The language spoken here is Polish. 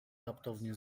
raptownie